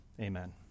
Amen